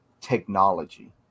technology